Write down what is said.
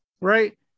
right